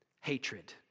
hatred